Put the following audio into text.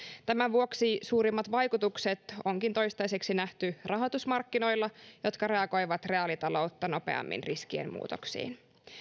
tämän vuoksi suurimmat vaikutukset onkin toistaiseksi nähty rahoitusmarkkinoilla jotka reagoivat reaalitaloutta nopeammin riskien muutoksiin